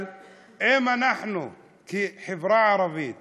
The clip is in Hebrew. אבל אם אנחנו כחברה ערבית